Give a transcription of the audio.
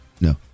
No